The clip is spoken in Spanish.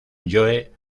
joe